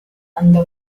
அந்த